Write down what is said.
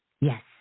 Yes